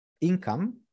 income